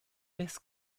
this